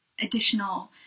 additional